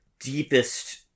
deepest